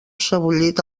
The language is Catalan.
sebollit